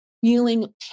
feeling